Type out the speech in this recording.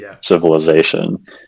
civilization